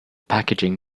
packaging